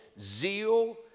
zeal